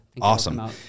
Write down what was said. Awesome